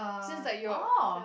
seems like your ya